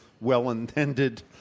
well-intended